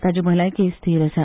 ताची भलायकी थीर आसा